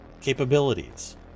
capabilities